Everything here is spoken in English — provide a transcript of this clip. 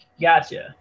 Gotcha